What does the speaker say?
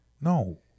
no